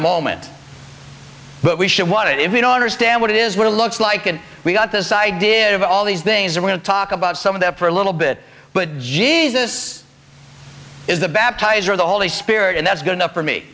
moment but we should want it if we don't understand what it is what it looks like and we got this idea of all these things are going to talk about some of that for a little bit but jesus is the baptizer the holy spirit and that's good enough for me